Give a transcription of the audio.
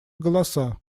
голоса